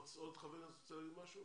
עוד חבר כנסת רוצה להגיד משהו?